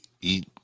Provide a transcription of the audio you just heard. eat